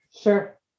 Sure